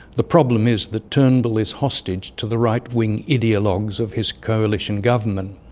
the problem is that turnbull is hostage to the right wing ideologues of his coalition government.